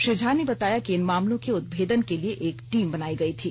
श्री झा ने बताया कि इन मामलों के उदभेदन के लिए एक टीम बनायी गयी थी